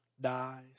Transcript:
dies